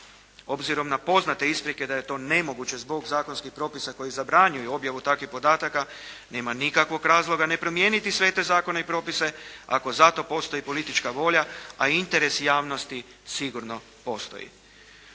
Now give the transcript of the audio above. Obzirom na poznate isprike da je to nemoguće zbog zakonskih propisa koji zabranjuju objavu takvih podataka nema nikakvog razloga ne promijeniti sve te zakone i propise ako za to postoji politička volja, a interes javnosti sigurno postoji.